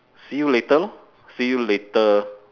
see you later lor see you later